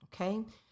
okay